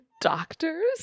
doctors